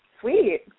Sweet